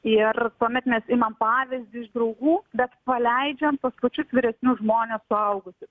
ir tuomet mes imam pavyzdį iš draugų bet paleidžiam tuos pačius vyresnius žmones suaugusius